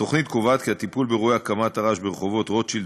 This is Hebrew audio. התוכנית קובעת כי הטיפול באירועי הקמת הרעש ברחובות רוטשילד